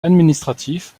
administratif